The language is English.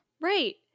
Right